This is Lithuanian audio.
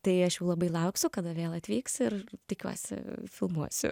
tai aš jų labai lauksiu kada vėl atvyks ir tikiuosi filmuosiu